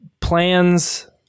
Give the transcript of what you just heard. plans